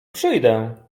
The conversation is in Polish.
przyjdę